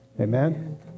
Amen